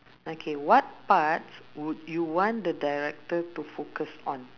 okay what parts would you want the director to focus on